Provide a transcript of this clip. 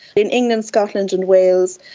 in england, scotland and wales,